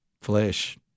flesh